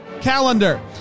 calendar